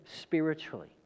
spiritually